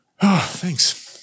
Thanks